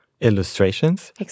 illustrations